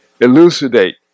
elucidate